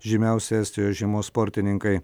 žymiausi estijos žiemos sportininkai